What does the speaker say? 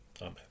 Amen